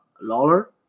Lawler